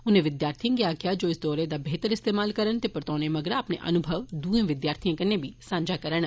उनें विद्यार्थिएं गी आक्खेआ जे ओ इस दौरे दा बेहतर इस्तेमाल करन ते परतोने मगरा अपने अनुभव दुए विद्यार्थिएं कन्नै सांझा करन